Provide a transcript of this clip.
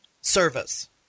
service